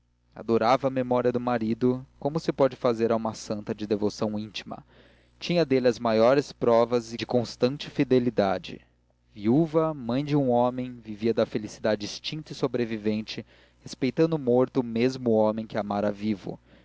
adorava a memória do marido como se pode fazer a uma santa de devoção íntima tinha dele as maiores provas de constante fidelidade viúva mãe de um homem vivia da felicidade extinta e sobreviveste respeitando morto o mesmo homem que amara vivo